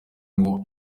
ngo